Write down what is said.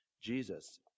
Jesus